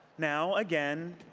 now again,